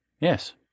Yes